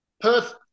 Perth